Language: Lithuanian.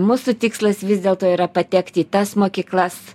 mūsų tikslas vis dėlto yra patekti į tas mokyklas